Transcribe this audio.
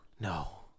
No